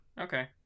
okay